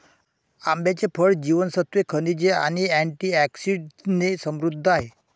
आंब्याचे फळ जीवनसत्त्वे, खनिजे आणि अँटिऑक्सिडंट्सने समृद्ध आहे